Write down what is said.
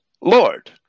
Lord